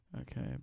Okay